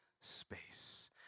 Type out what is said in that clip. space